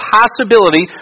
possibility